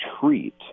treat